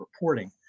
reporting